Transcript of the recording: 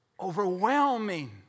overwhelming